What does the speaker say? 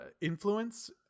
influence